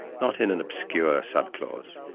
not in an obscure subclause,